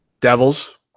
Devils